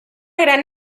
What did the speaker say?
gran